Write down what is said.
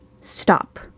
stop